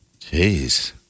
Jeez